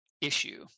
issue